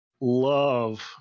love